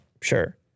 sure